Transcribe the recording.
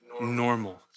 normal